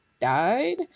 died